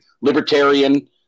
libertarian